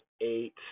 eight